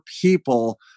people